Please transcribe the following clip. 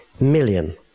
million